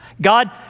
God